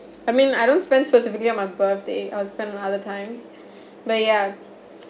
I mean I don't spend specifically on my birthday I'll spend on other times but ya